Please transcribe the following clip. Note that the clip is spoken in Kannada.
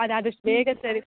ಅದು ಆದಷ್ಟು ಬೇಗ ಸರಿ